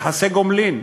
יחסי גומלין: